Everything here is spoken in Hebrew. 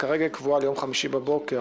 כרגע היא קבועה ליום חמישי בבוקר